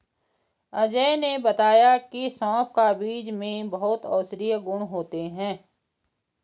अजय ने बताया की सौंफ का बीज में बहुत औषधीय गुण होते हैं